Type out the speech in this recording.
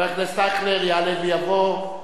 חבר הכנסת אייכלר, יעלה ויבוא,